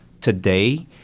today